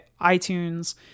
iTunes